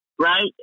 Right